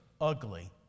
ugly